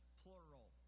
plural